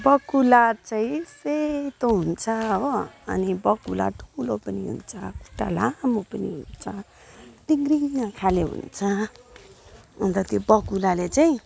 बकुल्ला चाहिँ सेतो हुन्छ हो अनि बकुल्ला ठुलो पनि हुन्छ खुट्टा लामो पनि हुन्छ टिङ्ग्रिङ्ङ खाले हुन्छ अनि त त्यो बकुल्लाले चाहिँ